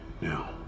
Now